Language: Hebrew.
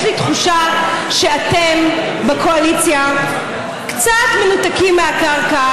יש לי תחושה שאתם בקואליציה קצת מנותקים מהקרקע,